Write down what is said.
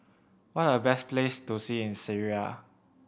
what are the best places to see in Syria